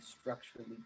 structurally